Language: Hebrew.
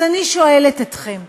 אז אני שואלת אתכם: